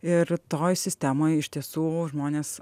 ir toj sistemoj iš tiesų žmonės